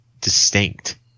distinct